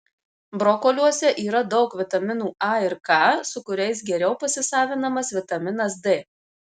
brokoliuose yra daug vitaminų a ir k su kuriais geriau pasisavinamas vitaminas d